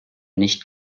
nicht